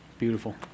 Beautiful